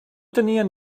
tenien